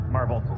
Marvel